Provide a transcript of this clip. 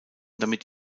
damit